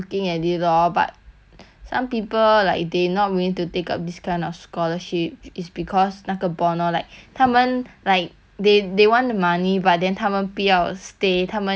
some people like they not willing to take up this kind of scholarship is because 那个 bond orh like 他们 like they they want money but then 他们不要 stay 他们 interested in other things